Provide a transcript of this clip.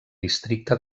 districte